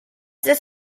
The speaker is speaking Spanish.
tres